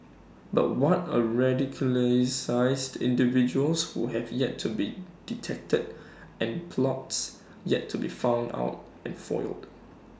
but what of radicalised individuals who have yet to be detected and plots yet to be found out and foiled